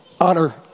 honor